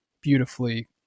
beautifully